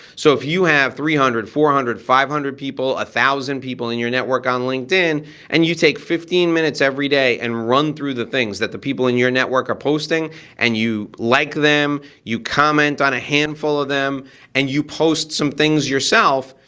so if you have three hundred, four hundred, five hundred people, one thousand in your network on linkedin and you take fifteen minutes every day and run through the things that the people in your network are posting and you like them, you comment on a handful of them and you post some things yourself,